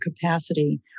capacity